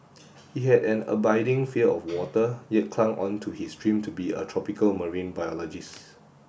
he had an abiding fear of water yet clung on to his dream to be a tropical marine biologist